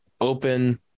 open